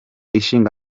ishinga